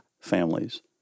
families